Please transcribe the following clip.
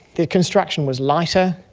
the construction was lighter,